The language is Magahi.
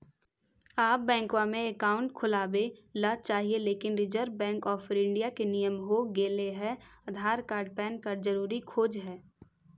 आब बैंकवा मे अकाउंट खोलावे ल चाहिए लेकिन रिजर्व बैंक ऑफ़र इंडिया के नियम हो गेले हे आधार कार्ड पैन कार्ड जरूरी खोज है?